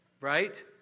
Right